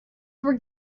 were